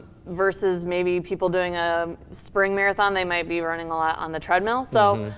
versus, maybe, people doing a spring marathon. they might be running a lot on the treadmill. so,